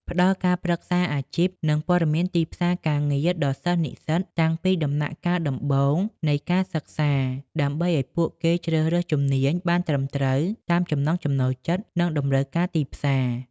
ផ្តល់ការប្រឹក្សាអាជីព និងព័ត៌មានទីផ្សារការងារដល់សិស្សនិស្សិតតាំងពីដំណាក់កាលដំបូងនៃការសិក្សា ដើម្បីឱ្យពួកគេជ្រើសរើសជំនាញបានត្រឹមត្រូវតាមចំណង់ចំណូលចិត្ត និងតម្រូវការទីផ្សារ។